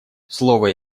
слово